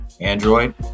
Android